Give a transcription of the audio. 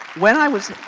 when i was,